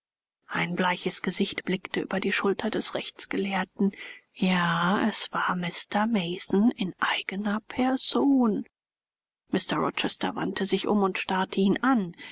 ein bleiches gesicht blickte über die schulter des rechtsgelehrten ja es war mr mason in eigener person mr rochester wandte sich um und starrte ihn an